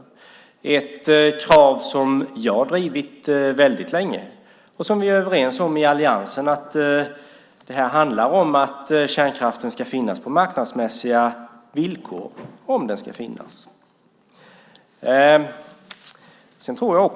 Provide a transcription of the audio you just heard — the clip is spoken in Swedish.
Det är ett krav som vi har drivit länge, och i alliansen är vi överens om att kärnkraften ska finnas på marknadsmässiga villkor om den ska finnas.